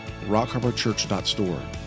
rockharborchurch.store